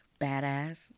Badass